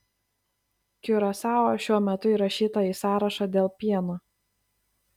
kiurasao šiuo metu įrašyta į sąrašą dėl pieno